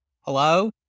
Hello